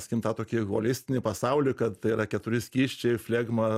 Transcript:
sakykim tą tokį holistinį pasaulį kad tai yra keturi skysčiai flegma